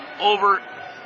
over